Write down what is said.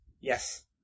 Yes